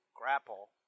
grapple